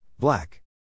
Black